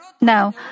Now